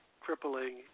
crippling